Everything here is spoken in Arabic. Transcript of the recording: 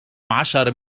عشر